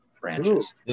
branches